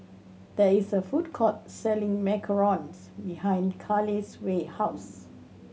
there is a food court selling macarons behind Caleigh's house